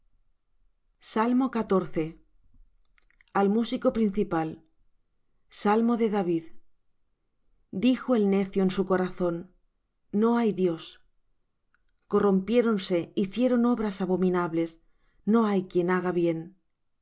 bien al músico principal salmo de david dijo el necio en su corazón no hay dios corrompiéronse hicieron obras abominables no hay quien haga bien